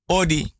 odi